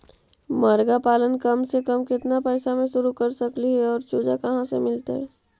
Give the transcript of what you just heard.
मरगा पालन कम से कम केतना पैसा में शुरू कर सकली हे और चुजा कहा से मिलतै?